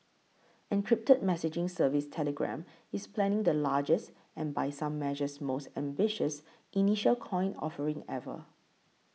encrypted messaging service telegram is planning the largest and by some measures most ambitious initial coin offering ever